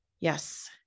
Yes